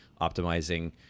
optimizing